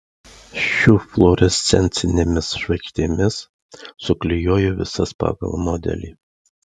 šiu fluorescencinėmis žvaigždėmis suklijuoju visas pagal modelį